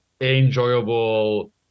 enjoyable